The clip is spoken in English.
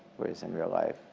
whereas in real life,